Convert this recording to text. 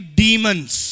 demons